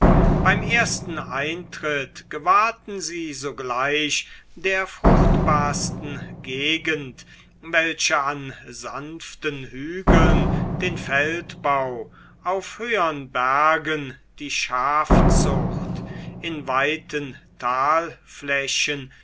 beim ersten einritt gewahrten sie sogleich der fruchtbarsten gegend welche an sanften hügeln den feldbau auf höhern bergen die schafzucht in weiten